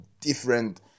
different